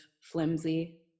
flimsy